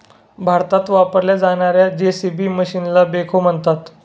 भारतात वापरल्या जाणार्या जे.सी.बी मशीनला बेखो म्हणतात